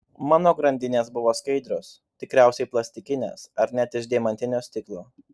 mano grandinės buvo skaidrios tikriausiai plastikinės ar net iš deimantinio stiklo